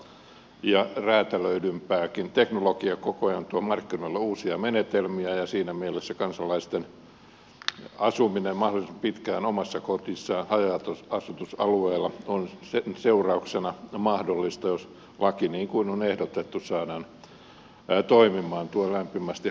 teknologia koko ajan tuo markkinoille uusia menetelmiä ja siinä mielessä kansalaisten asuminen mahdollisimman pitkään omassa kodissaan haja asutusalueella on seurauksena mahdollista jos laki niin kuin on ehdotettu saadaan toimimaan puolueettomasti